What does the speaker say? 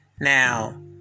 Now